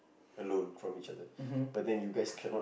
mmhmm